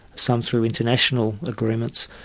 some through international agreements,